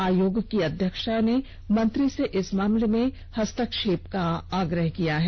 आयोग की अध्यक्ष ने मंत्री से इस मामले में हस्तक्षेप करने का आग्रह किया है